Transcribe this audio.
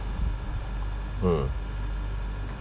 mm